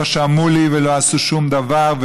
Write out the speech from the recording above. לא שמעו לי ולא עשו שום דבר,